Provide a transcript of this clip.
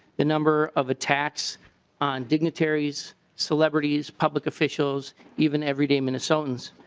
the number of attacks on dignitaries celebrities public officials even everyday minnesotans.